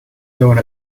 going